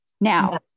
Now